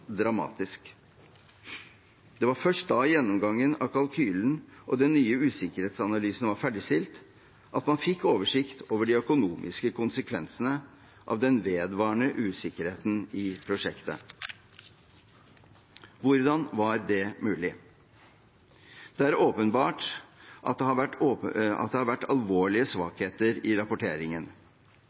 dramatisk. Det var først da gjennomgangen av kalkylen og den nye usikkerhetsanalysen var ferdigstilt, at man fikk oversikt over de økonomiske konsekvensene av den vedvarende usikkerheten i prosjektet. Hvordan var det mulig? Det er åpenbart at det har vært alvorlige svakheter i rapporteringen. Det